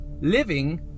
living